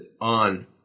on